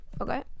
okay